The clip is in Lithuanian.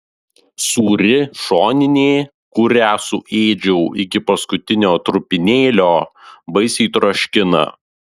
sūri šoninė kurią suėdžiau iki paskutinio trupinėlio baisiai troškina